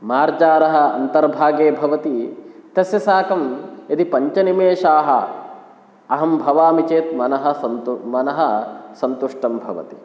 मार्जारः अन्तर्भागे भवति तस्य साकं यदि पञ्चनिमेषाः अहं भवामि चेत् मनः सन्तो मनः सन्तुष्टं भवति